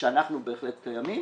כשאנחנו בהחלט קיימים,